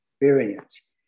experience